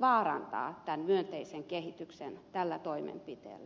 vaarantaa tämän myönteisen kehityksen tällä toimenpiteellä